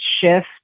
shift